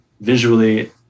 visually